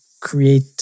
create